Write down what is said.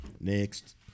next